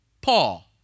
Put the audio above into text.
Paul